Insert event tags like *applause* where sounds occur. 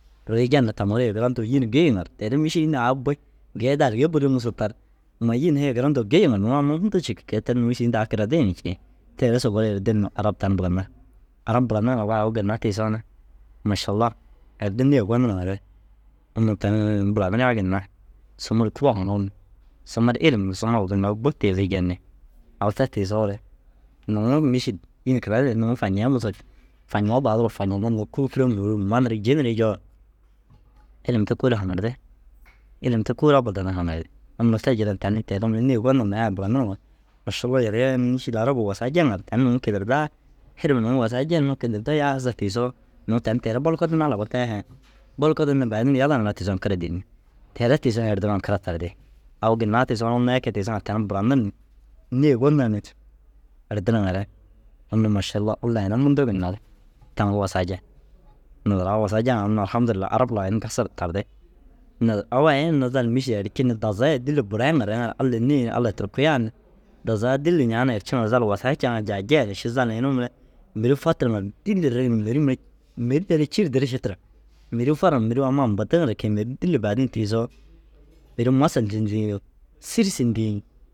Ruuyi jen ni taŋu ru hee gindo yîni gi yiŋa ru teere mîšil înni au bui. Geede aligiya bôla musur tar. Noo yîn hêe gindo gi yiŋa ru nuu amma muntu ciki. Ke- i teru mîšil inta au kirade yin cii. Tee re sobou ru erdir ni arab tani buranir. Arab buranir wa au ginna tiisoo na mašallau addi nêe gonirŋare unnu tani ini buranirigaa ginna suma ru kûro haŋir ni suma ru ilim ni suma ru ginna ru bu tiisi jen ni. Au te tiisoore nuŋu mîšil yîn kirare ru nuŋu feñaa musur feñee dau duro feñenir ni kûrukura mûurug ma nirig ji niriijoo ilim te kôoli haŋirdi. Ilim te kôoli abadan di haŋirdi. Unnu te jiran tani teere mire nêe gonir ni ai buranir ni mašallau yaliya înni mîšil arabuu wasaa jeŋa ru tani nuu tidirdaa ilima nuu kisirde ru yaa hasa tiisoo nuu tani teere bolkodinaa labar tayi hee. Bol kodine baadin yala niraa tiisoo na kira dînni. Teere tiisoo na erdiroo na kira tardi. Au ginna tiisoo na unnu ai kee tiisiŋa ru tani buranir ni nêe gonir ni *hesitation* erdirŋare unnu mašalla Allai ina munduu ginna ru taŋu ru wasaa jen. Naazire au wasaa jeŋa unnu alhamdullahi arab lau ini gêser tardi. Naazire au ai- i unnu zal mîšil erci ni dazaga ai dîlli buraimare ŋa ru Allai dîlli nêe ni Allai turkuyaan ni. Dazaga dîlli ñaana erci ŋa ru ̧zal wasaa ceŋa jaijaire ši zal inuu mire mêri fatir ŋa ru dîlli ri ni mêri mire mêri deere cî ru diri ši tira. Mêruu farima mêruu ampa diŋire kee mêri dîlli baadin tiisoo mêri masal dîi ntirii yii sîri sin dîi ni.